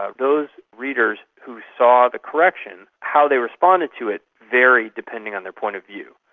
ah those readers who saw the correction, how they responded to it varied depending on their point of view.